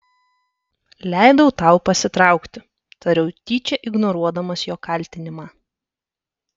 leidau tau pasitraukti tariau tyčia ignoruodamas jo kaltinimą